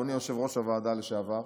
אדוני יושב-ראש הוועדה לשעבר,